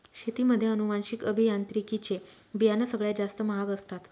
शेतीमध्ये अनुवांशिक अभियांत्रिकी चे बियाणं सगळ्यात जास्त महाग असतात